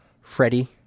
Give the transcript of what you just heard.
Freddie